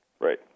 Right